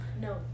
No